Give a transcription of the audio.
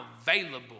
available